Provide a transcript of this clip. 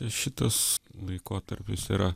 šitas laikotarpis yra